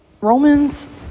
Romans